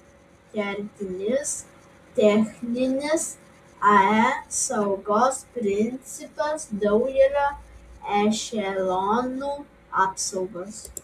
kertinis techninis ae saugos principas daugelio ešelonų apsaugos